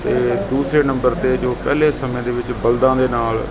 ਅਤੇ ਦੂਸਰੇ ਨੰਬਰ 'ਤੇ ਜੋ ਪਹਿਲੇ ਸਮੇਂ ਦੇ ਵਿੱਚ ਬਲਦਾਂ ਦੇ ਨਾਲ